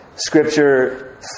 Scripture